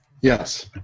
Yes